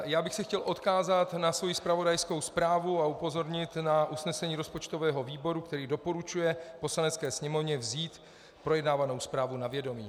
Já bych se chtěl odkázat na svou zpravodajskou zprávu a upozornit na usnesení rozpočtového výboru, který doporučuje Poslanecké sněmovně vzít projednávanou zprávu na vědomí.